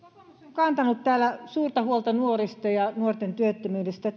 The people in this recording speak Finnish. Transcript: kantanut täällä suurta huolta nuorista ja nuorten työttömyydestä ja